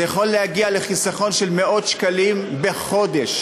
זה יכול להגיע לחיסכון של מאות שקלים בחודש.